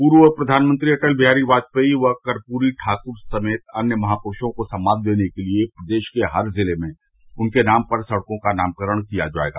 पूर्व प्रधानमंत्री अटल बिहारी वाजपेई व कर्पूरी ठाकुर समेत अन्य महापूर्वों को सम्मान देने के लिए प्रदेश के हर जिले में उनके नाम पर सड़कों का नामकरण किया जायेगा